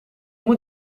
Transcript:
moet